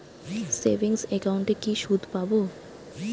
Savings একাউন্টে কি সুদ পাব?